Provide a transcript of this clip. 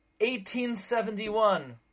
1871